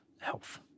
health